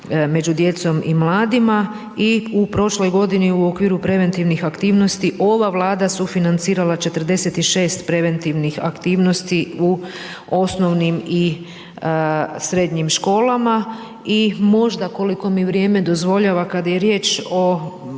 među djecom i mladima i u prošloj godini u okviru preventivnih aktivnosti, ova vlada sufinancirala 46 preventivnih aktivnosti u osnovnim i srednjim školama i možda koliko mi vrijeme dozvoljava, kada je riječ o